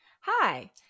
Hi